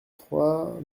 trois